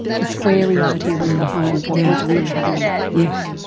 the square reality was the home, what was really happening? yes,